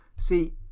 See